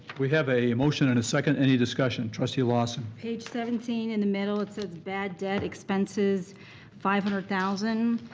we have a motion and a second. any discussion? trustee lawson. page seventeen in the middle it says bad debt expenses five hundred thousand